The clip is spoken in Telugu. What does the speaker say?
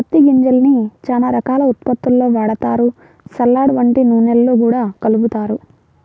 పత్తి గింజల్ని చానా రకాల ఉత్పత్తుల్లో వాడతారు, సలాడ్, వంట నూనెల్లో గూడా కలుపుతారు